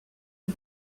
est